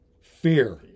Fear